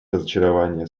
разочарование